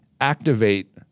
activate